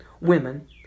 women